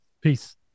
Peace